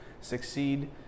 succeed